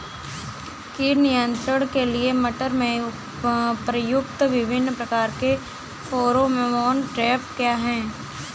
कीट नियंत्रण के लिए मटर में प्रयुक्त विभिन्न प्रकार के फेरोमोन ट्रैप क्या है?